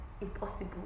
impossible